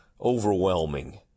overwhelming